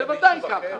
--- בוודאי ככה.